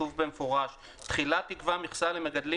כתוב במפורש: "תחילה תיקבע מכסה למגדלים